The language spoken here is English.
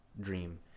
dream